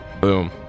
Boom